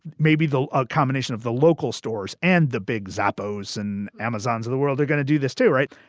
maybe the ah combination of the local stores and the big zappos and amazons of the world are going to do this, too. right.